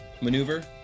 maneuver